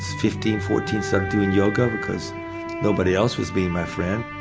fifteen fourteen started doing yoga because nobody else was being my friend.